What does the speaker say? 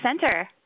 Center